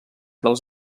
dels